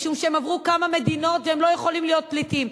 משום שהם עברו כמה מדינות והם לא יכולים להיות פליטים.